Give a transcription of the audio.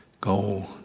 goal